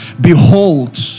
Behold